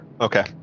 Okay